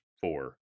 four